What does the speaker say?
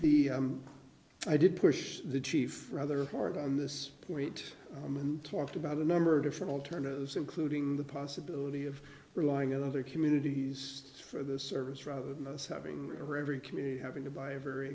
know i did push the chief rather hard on this point and talked about a number of different alternatives including the possibility of relying on other communities for the service rather than us having over every community having to buy a very